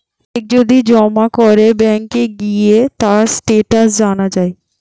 check যদি জমা করে ব্যাংকে গিয়ে তার স্টেটাস জানা যায়